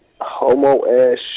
homo-ass